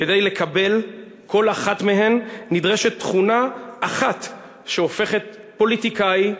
כדי לקבל כל אחת מהן נדרשת תכונה אחת שהופכת פוליטיקאי למנהיג,